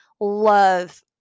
love